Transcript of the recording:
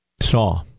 Saw